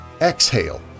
Exhale